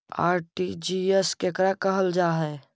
RTGS केकरा कहल जा है?